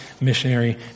missionary